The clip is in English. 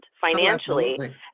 financially